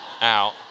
out